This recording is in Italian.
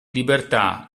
libertà